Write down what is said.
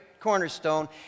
cornerstone